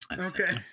Okay